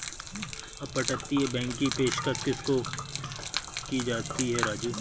अपतटीय बैंक की पेशकश किसको की जाती है राजू?